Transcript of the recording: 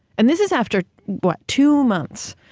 and this is after what, two months,